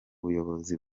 buyobozi